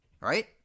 right